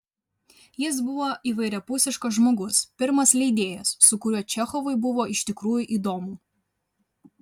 jis buvo įvairiapusiškas žmogus pirmas leidėjas su kuriuo čechovui buvo iš tikrųjų įdomu